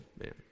man